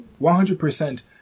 100%